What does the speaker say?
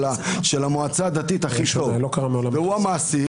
המועצה הדתית יותר מכולם והוא המעסיק.